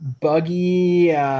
buggy